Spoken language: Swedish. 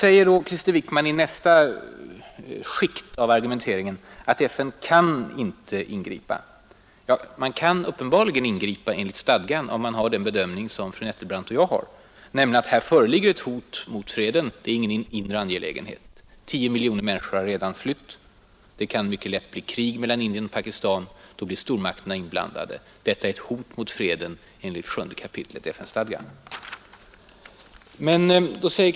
Herr Wickman sade i nästa skikt av sin argumentering att FN inte kan ingripa. Jo, det är uppenbarligen möjligt att ingripa enligt stadgan om man ansluter sig till den bedömning som fru Nettelbrandt och jag gör, nämligen att det föreligger ett ”hot mot freden” och att det inte är fråga om någon ”inre angelägenhet”. Tio miljoner människor har redan flytt. Det kan mycket lätt bli krig mellan Indien och Pakistan, och då blir stormakterna inblandade. Detta är, enligt kapitel 7 FN-stadgan, ett ”hot mot freden”.